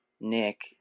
Nick